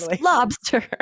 lobster